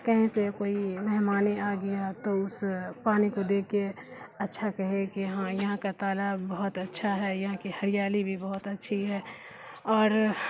کہیں سے کوئی مہمان آ گیا تو اس پانی کو دیکھ کے اچھا کہے کہ ہاں یہاں کا تالاب بہت اچھا ہے یہاں کی ہریالی بھی بہت اچھی ہے اور